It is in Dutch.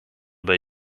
bij